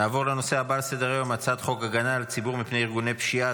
הנושא הבא על סדר-היום: הצעת חוק הגנה על הציבור מפני ארגוני פשיעה,